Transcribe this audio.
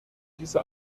diese